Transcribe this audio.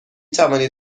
توانید